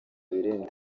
birinde